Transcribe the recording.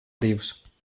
divus